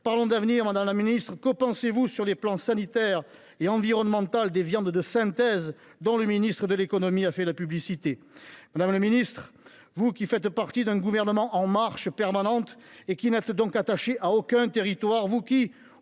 Parlons d’avenir, madame la ministre : que pensez vous, sur les plans sanitaire et environnemental, des viandes de synthèse, dont le ministre de l’économie a fait la publicité ? Madame la ministre, vous qui faites partie d’un gouvernement en marche permanente et qui n’êtes donc attachée à aucun territoire, vous qui,